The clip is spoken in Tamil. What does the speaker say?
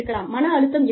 மன அழுத்தம் இருக்கலாம்